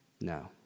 No